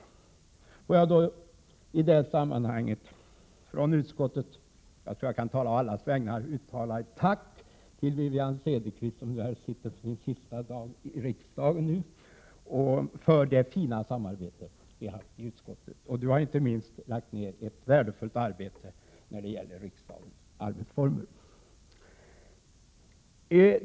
Låt mig i det sammanhanget från utskottet — jag tror att jag kan tala å allas vägnar -— uttala ett tack till Wivi-Anne Cederqvist, som i dag slutar sitt arbete här i riksdagen, för det fina samarbete vi har haft i utskottet. Wivi-Anne Cederqvist har lagt ned ett värdefullt arbete inte minst när det gäller frågan om riksdagens arbetsformer.